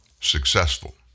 successful